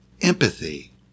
Empathy